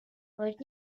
wordt